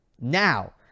Now